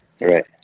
right